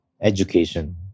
education